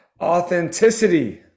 authenticity